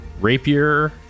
rapier